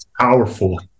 Powerful